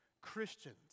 Christians